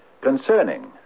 Concerning